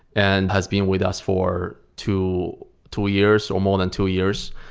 and has been with us for two two years or more than two years.